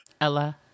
Ella